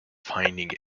finding